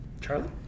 Charlie